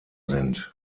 sind